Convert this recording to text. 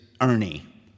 Ernie